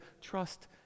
trust